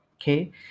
Okay